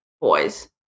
boys